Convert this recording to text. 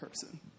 person